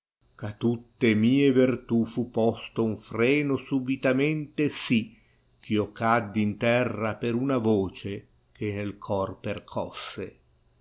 a tutte mie vertù fu posto nn freno subitamente sì ch'io cai in terra per una voce che nel cor percosse